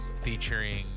Featuring